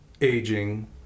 aging